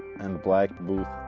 and black boots